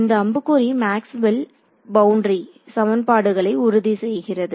இந்த அம்புக்குறி Maxwell boundary சமன்பாடுகளை உறுதி செய்கிறது